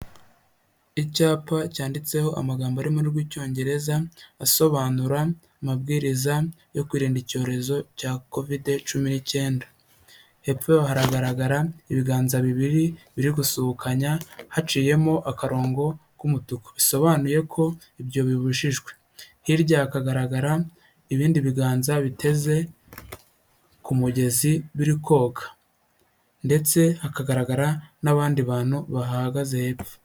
Icyapa cyanditseho amagambo ari mu rw'icyongereza asobanura amabwiriza yo kwirinda icyorezo cya kovide cumi n'icyenda, hepfo y'aho haragaragara ibiganza bibiri biri gusuhukanya haciyemo akarongo k'umutuku bisobanuye ko ibyo bibujijwe, hirya hakagaragara ibindi biganza biteze ku mugezi biri koga ndetse hakagaragara n'abandi bantu bahagaze hepfo.